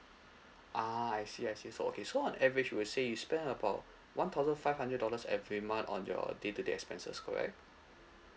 ah I see I see so okay so on average will say you spend about one thousand five hundred dollars every month on your day to day expenses correct